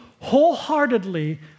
wholeheartedly